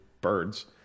birds